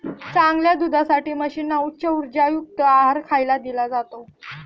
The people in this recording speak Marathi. चांगल्या दुधासाठी म्हशींना उच्च उर्जायुक्त आहार खायला दिला जातो